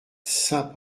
saint